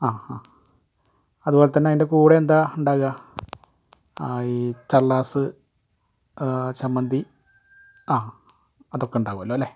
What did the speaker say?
ആ ഹാ അതുപോലെത്തന്നെ അതിൻ്റെ കൂടെ എന്താ ഉണ്ടാവുക ഈ ചള്ളാസ്സ് ചമ്മന്തി അ അതൊക്കെ ഉണ്ടാവുമലോ അല്ലേ